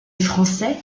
français